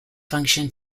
function